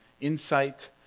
insight